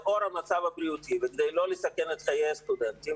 לאור המצב הבריאותי וכדי לא לסכן את חיי הסטודנטים